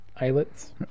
islets